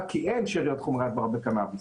כי אין שאריות חומרי הדברה בקנאביס.